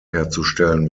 herzustellen